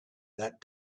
that